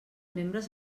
membres